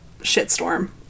shitstorm